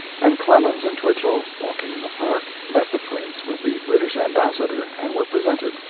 and clemens and twichell, walking in the park, met the prince with the british ambassador, and were presented.